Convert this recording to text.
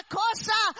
cosa